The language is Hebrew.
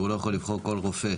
הוא לא יכול לבחור כל רופא,